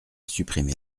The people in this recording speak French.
supprimé